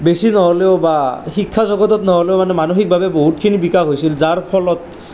বেছি নহ'লেও বা শিক্ষা জগতত নহ'লেও মানে মানসিকভাৱে বহুতখিনি বিকাশ হৈছিল যাৰ ফলত